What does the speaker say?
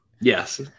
Yes